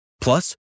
plus